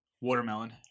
Watermelon